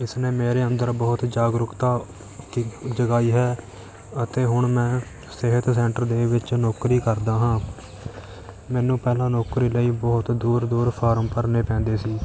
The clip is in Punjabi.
ਇਸ ਨੇ ਮੇਰੇ ਅੰਦਰ ਬਹੁਤ ਜਾਗਰੂਕਤਾ ਜਗਾਈ ਹੈ ਅਤੇ ਹੁਣ ਮੈਂ ਸਿਹਤ ਸੈਂਟਰ ਦੇ ਵਿੱਚ ਨੌਕਰੀ ਕਰਦਾ ਹਾਂ ਮੈਨੂੰ ਪਹਿਲਾਂ ਨੌਕਰੀ ਲਈ ਬਹੁਤ ਦੂਰ ਦੂਰ ਫਾਰਮ ਭਰਨੇ ਪੈਂਦੇ ਸੀ